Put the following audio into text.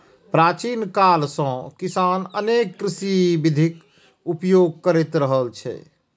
प्राचीन काल सं किसान अनेक कृषि विधिक उपयोग करैत रहल छै